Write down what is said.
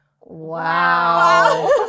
Wow